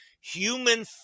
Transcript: Human